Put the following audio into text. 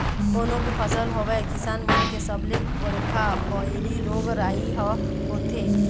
कोनो भी फसल होवय किसान मन के सबले बड़का बइरी रोग राई ह होथे